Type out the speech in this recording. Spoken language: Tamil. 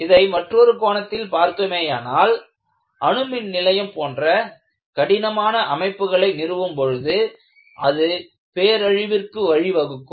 இதை மற்றொரு கோணத்தில் பார்த்தோமேயானால் அணுமின் நிலையம் போன்ற கடினமான அமைப்புகளை நிறுவும் பொழுது அது பேரழிவிற்கு வழிவகுக்கும்